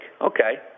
Okay